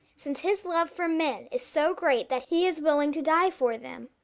since his love for men is so great that he is willing to die for them.